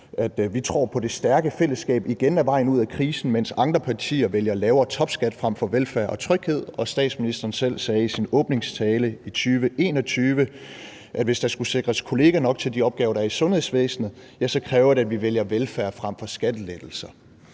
»Vi tror på, at det stærke fællesskab igen er vejen ud af krisen – andre partier vælger lavere topskat fremfor velfærd og tryghed.« Og statsministeren selv sagde i sin åbningstale i 2021, at hvis der skulle sikres kolleger nok til de opgaver, der er i sundhedsvæsenet, så kræver det, at vi vælger velfærd frem for skattelettelser.